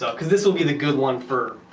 so because this will be the good one for